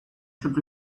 should